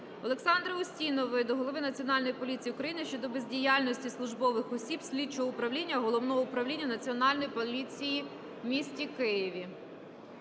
Олександри Устінової до голови Національної поліції України щодо бездіяльності службових осіб слідчого управління Головного управління Національної поліції в місті Києві.